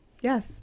yes